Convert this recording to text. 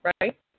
Right